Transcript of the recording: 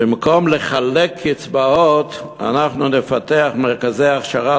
במקום לחלק קצבאות אנחנו נפתח מרכזי הכשרה